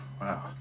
Wow